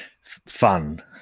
fun